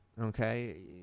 okay